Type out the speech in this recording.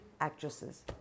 actresses